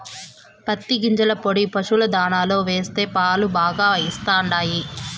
పత్తి గింజల పొడి పశుల దాణాలో వేస్తే పాలు బాగా ఇస్తండాయి